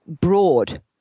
broad